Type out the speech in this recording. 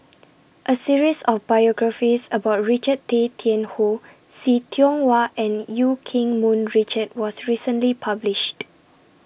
A series of biographies about Richard Tay Tian Hoe See Tiong Wah and EU Keng Mun Richard was recently published